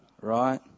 Right